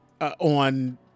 on